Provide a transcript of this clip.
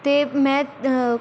ਅਤੇ ਮੈਂ